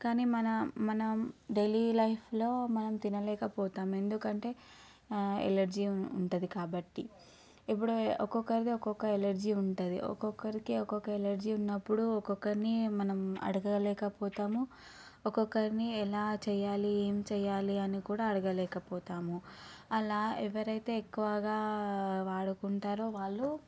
కానీ మన మనం డైలీ లైఫ్లో మనం తినలేక పోతాము ఎందుకంటే ఎలర్జీ ఉంటుంది కాబట్టి ఇప్పుడు ఒక్కొక్కరిది ఒక్కొక్క ఎలర్జీ ఉంటుంది ఒక్కొక్కరికి ఒక్కొక్క ఎలర్జీ ఉన్నప్పుడు ఒక్కొక్కరిని మనం అడగలేక పోతాము ఒక్కొక్కరినీ ఎలా చేయాలి ఏం చేయాలి అని కూడా అడగలేక పోతాము అలా ఎవరైతే ఎక్కువగా వాడుకుంటారో వాళ్ళు